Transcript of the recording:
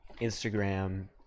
Instagram